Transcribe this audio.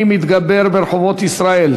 טרומית ותועבר לוועדת העבודה,